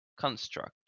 Construct